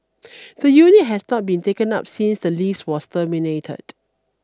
the unit has not been taken up since the lease was terminated